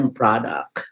product